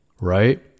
right